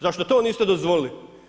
Zašto to niste dozvolili?